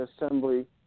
Assembly